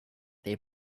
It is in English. they